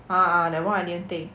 ah ah that [one] I didn't take